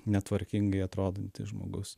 netvarkingai atrodantis žmogus